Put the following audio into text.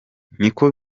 niko